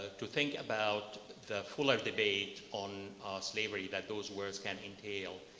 to think about the fuller debate on slavery that those words can entail.